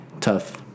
tough